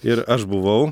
ir aš buvau